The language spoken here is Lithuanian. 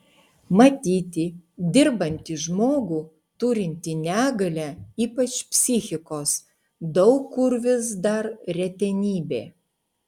matyti dirbantį žmogų turintį negalią ypač psichikos daug kur vis dar retenybė